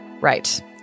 Right